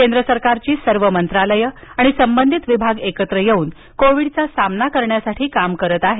केंद्र सरकारची सर्व मंत्रालयं आणिसंबंधित विभाग एकत्र येऊन कोविडचा सामना करण्यासाठी काम करत आहेत